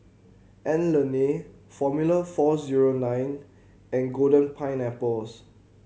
Anlene Formula Four Zero Nine and Golden Pineapples